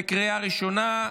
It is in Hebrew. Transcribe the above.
בקריאה ראשונה.